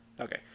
okay